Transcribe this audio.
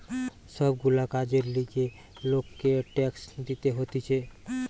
সব গুলা কাজের লিগে লোককে ট্যাক্স দিতে হতিছে